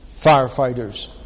firefighters